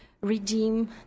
redeem